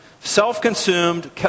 self-consumed